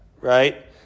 right